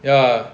ya